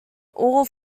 all